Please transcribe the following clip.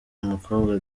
umukobwa